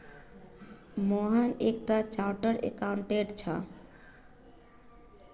मोहन एक टा chartered accountant छे